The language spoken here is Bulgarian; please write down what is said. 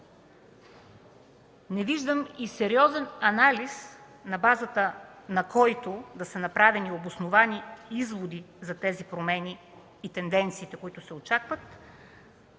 Не виждам и сериозен анализ, на базата на който да са направени обосновани изводи за тези промени и тенденциите, които се очакват,